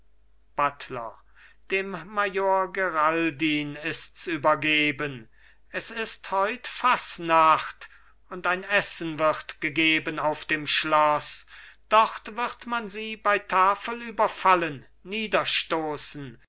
buttler dem major geraldin ists übergeben es ist heut faßnacht und ein essen wird gegeben auf dem schloß dort wird man sie bei tafel überfallen niederstoßen